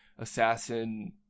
assassin